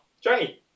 Johnny